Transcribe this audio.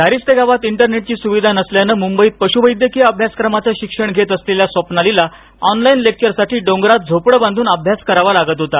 दारिस्ते गावात इंटरनेटची सुविधा नसल्यानं मुंबईत पशुवैद्यकीय अभ्यासक्रमच शिक्षण घेत असलेल्या स्वप्नालीला ऑनलाईन लेक्चरसाठी डोंगरात झोपडं बांधून अभ्यास करावा लागत होता